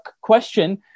question